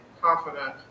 confident